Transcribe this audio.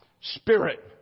Spirit